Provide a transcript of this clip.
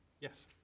Yes